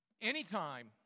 Anytime